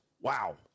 Wow